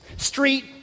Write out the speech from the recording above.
Street